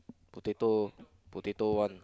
potato potato one